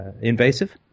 invasive